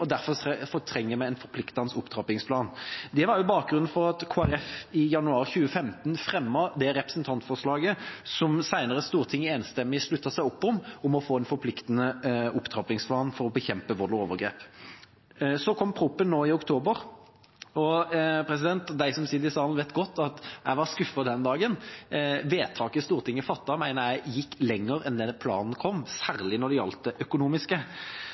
og derfor trenger vi en forpliktende opptrappingsplan. Det var bakgrunnen for at Kristelig Folkeparti i januar 2015 fremmet det representantforslaget som Stortinget senere enstemmig sluttet opp om, om å få en forpliktende opptrappingsplan for å bekjempe vold og overgrep. Så kom proposisjonen nå i oktober, og de som sitter i salen, vet godt at jeg var skuffet den dagen den kom. Vedtaket Stortinget fattet, mener jeg gikk lenger enn planen, særlig når det gjaldt det økonomiske.